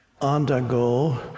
undergo